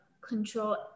control